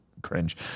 cringe